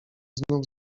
znów